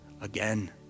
again